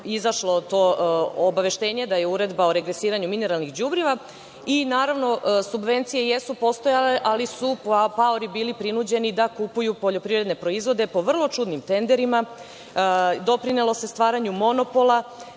izašlo obaveštenje o Uredbi o regresiranju mineralnih đubriva. Naravno, subvencije jesu postojale, ali su paori bili prinuđeni da kupuju poljoprivredne proizvode po vrlo čudnim tenderima, doprinelo se stvaranju monopola.